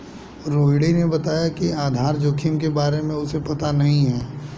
रोहिणी ने बताया कि आधार जोखिम के बारे में उसे पता नहीं है